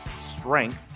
strength